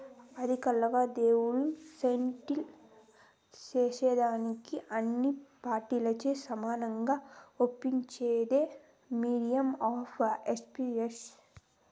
ఆర్థిక లావాదేవీలు సెటిల్ సేసేదానికి అన్ని పార్టీలచే సమానంగా ఒప్పించేదే మీడియం ఆఫ్ ఎక్స్చేంజ్